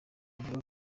avuga